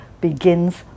begins